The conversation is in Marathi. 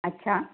अच्छा